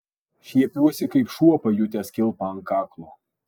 šiepiuosi kaip šuo pajutęs kilpą ant kaklo